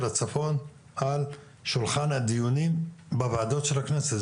הצפון על שולחן הדיונים בוועדות של הכנסת.